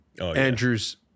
Andrew's